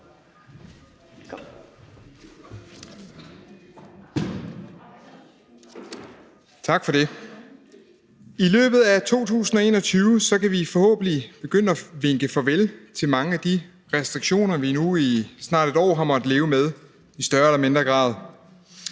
Tak for det. I løbet af 2021 kan vi forhåbentlig begynde at vinke farvel til mange af de restriktioner, vi nu i snart et år har måttet leve med i større eller mindre grad.